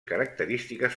característiques